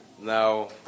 now